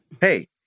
hey